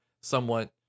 somewhat